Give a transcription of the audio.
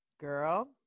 girl